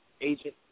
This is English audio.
agent